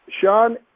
Sean